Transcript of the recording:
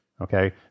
Okay